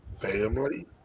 family